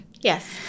Yes